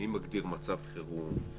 מי מגדיר מצב חירום,